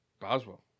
Boswell